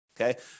Okay